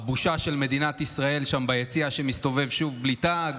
הבושה של מדינת ישראל שם ביציע שמסתובב שוב בלי תג,